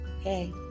Hey